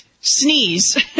sneeze